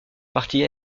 partie